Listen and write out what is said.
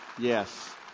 Yes